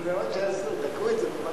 זה מה שעשו, תקעו את זה בבג"ץ.